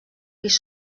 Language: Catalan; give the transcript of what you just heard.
pis